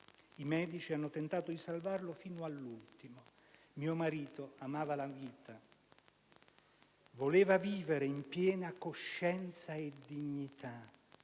«I medici hanno tentato di salvarlo fino all'ultimo. Mio marito amava la vita, ma voleva vivere in piena coscienza e dignità.